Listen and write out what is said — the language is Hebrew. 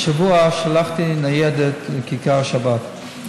שהשבוע שלחתי ניידת לכיכר השבת.